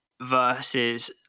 versus